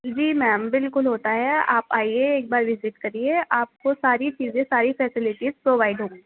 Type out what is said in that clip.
جی ma'am بالکل ہوتا ہے آپ آئیے ایک بار وزٹ کریئے آپ کو ساری چیزیں ساری فیسیلٹیز پروائڈ ہوگی